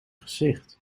gezicht